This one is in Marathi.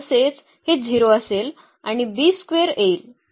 तसेच हे 0 असेल आणि b स्क्वेअर येईल